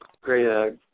great